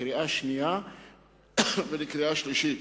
לקריאה שנייה ולקריאה שלישית.